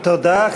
תודה.